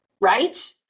right